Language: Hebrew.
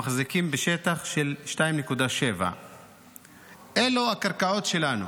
מחזיקים בשטח של 2.7%. אלו הקרקעות שלנו